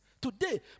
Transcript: Today